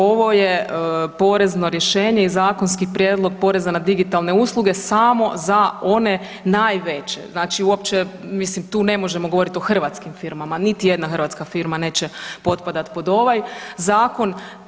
Ovo je porezno rješenje i zakonski prijedlog poreza na digitalne usluge samo za one najveće, znači uopće mislim tu ne možemo govorit o hrvatskim firmama, niti jedna hrvatska firma neće potpadat pod ovaj zakon.